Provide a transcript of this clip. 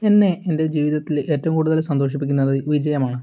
എന്നെ എൻ്റെ ജീവിതത്തിൽ ഏറ്റവും കൂടുതൽ സന്തോഷിപ്പിക്കുന്നത് വിജയമാണ്